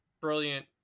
Brilliant